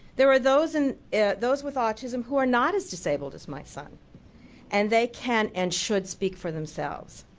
there are those and those with autism who are not as disable as my son and they can and should speak for themselves.